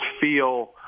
feel